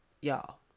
Y'all